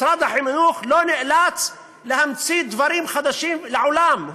משרד החינוך לא נאלץ להמציא דברים חדשים לעולם,